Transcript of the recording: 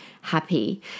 happy